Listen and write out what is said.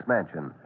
Mansion